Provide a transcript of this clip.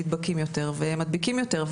נדבקים יותר ומדביקים יותר,